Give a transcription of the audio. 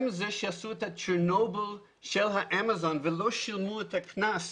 הם אלה שעשו את הצ'רנוביל של האמזון ולא שילמו את הקנס